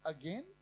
again